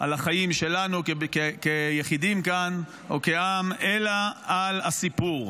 על החיים שלנו כיחידים כאן או כעם, אלא על הסיפור.